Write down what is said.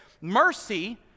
Mercy